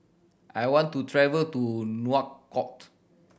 I want to travel to Nouakchott